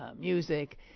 music